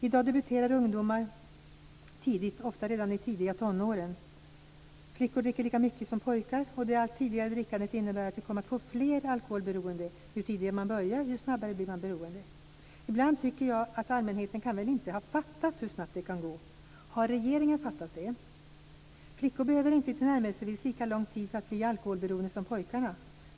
I dag debuterar ungdomar tidigt, ofta redan i tidiga tonåren. Flickor dricker lika mycket som pojkar. Det allt tidigare drickandet innebär att vi kommer att få fler alkoholberoende. Ju tidigare man börjar, desto snabbare blir man beroende. Ibland tänker jag att allmänheten inte kan ha fattat hur snabbt det kan gå. Har regeringen fattat det? Flickor behöver inte tillnärmelsevis lika lång tid för att bli alkoholberoende som pojkarna behöver.